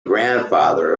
grandfather